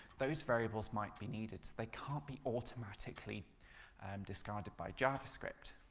those variables might be needed so they can't be automatically discarded by javascript.